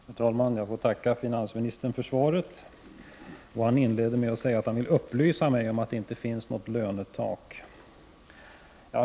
Herr talman! Jag får tacka finansministern för svaret. Han inledde med att säga att han vill upplysa mig om att det inte finns något lönetak.